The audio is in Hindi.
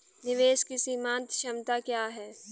निवेश की सीमांत क्षमता क्या है?